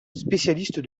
spécialiste